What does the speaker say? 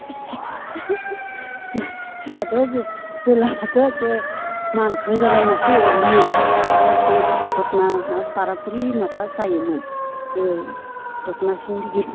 जाहाथ' बे बेलावआथ' एखे मानखो जालायनासो हरोमोन एखे घटना मा बाराकरि माबा जायोमोन बे दख'ना सिंदिगि